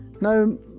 No